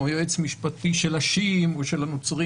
או יועץ המשפטי של השיעים או של הנוצרים.